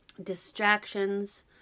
distractions